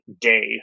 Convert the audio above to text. day